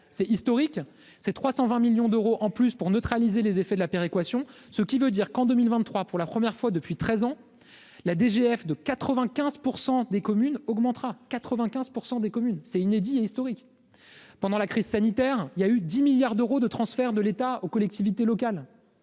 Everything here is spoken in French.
c'est historique, c'est 320 millions d'euros en plus pour neutraliser les effets de la péréquation, ce qui veut dire qu'en 2023 pour la première fois depuis 13 ans, la DGF de 95 % des communes augmentera 95 % des communes, c'est inédit et historique pendant la crise sanitaire, il y a eu 10 milliards d'euros de transferts de l'État aux collectivités locales,